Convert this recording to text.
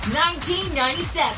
1997